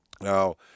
Now